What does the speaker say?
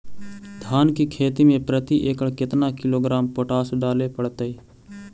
धान की खेती में प्रति एकड़ केतना किलोग्राम पोटास डाले पड़तई?